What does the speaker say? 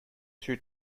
two